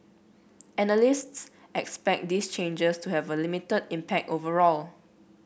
analysts expect these changes to have a limited impact overall